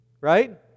Right